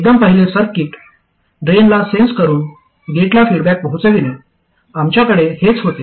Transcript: एकदम पहिले सर्किट ड्रेनला सेन्स करून गेटला फीडबॅक पोहोचविणे आमच्याकडे हेच होते